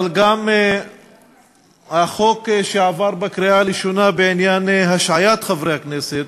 אבל גם החוק שעבר בקריאה ראשונה בעניין השעיית חברי הכנסת,